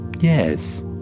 Yes